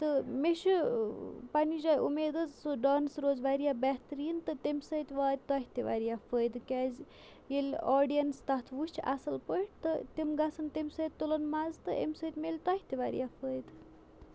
تہٕ مےٚ چھُ پنٛنہِ جایہِ اُمید حظ سُہ ڈانس روز واریاہ بہتریٖن تہٕ تمہِ سۭتۍ واتہِ تۄہہِ تہِ واریاہ فٲیدٕ کیٛازِ ییٚلہِ آڈِیَنٕس تَتھ وُچھِ اَصٕل پٲٹھۍ تہٕ تِم گژھن تمہِ سۭتۍ تُلُن مَزٕ تہٕ أمۍ سۭتۍ مِلہِ تۄہہِ تہِ واریاہ فٲیدٕ